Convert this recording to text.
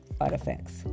artifacts